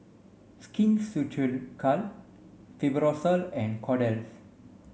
Skin Ceuticals Fibrosol and Kordel's